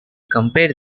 compare